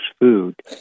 food